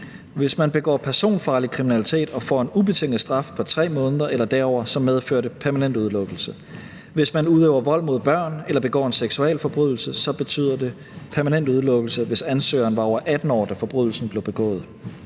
Hvis man begår personfarlig kriminalitet og får en ubetinget straf på 3 måneder eller derover, medfører det permanent udelukkelse. Hvis man udøver vold mod børn eller begår en seksualforbrydelse, betyder det permanent udelukkelse, hvis ansøgeren var over 18 år, da forbrydelsen blev begået.